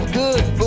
good